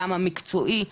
גם המקצועי,